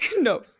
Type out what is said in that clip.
no